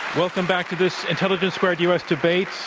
welcome back to this intelligence squared u. s. debate.